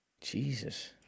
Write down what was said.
Jesus